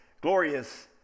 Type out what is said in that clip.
glorious